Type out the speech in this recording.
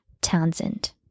Townsend